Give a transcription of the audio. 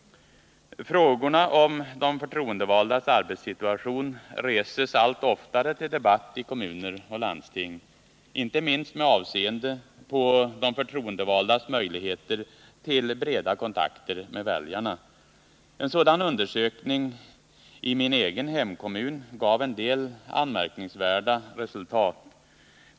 Frågorna om de förtroendevaldas arbetssituation reses allt oftare till debatt i kommuner och landsting, inte minst med avseende på de förtroendevaldas möjligheter till breda kontakter med väljarna. En sådan undersökning i min egen hemkommun gav en del anmärkningsvärda resultat.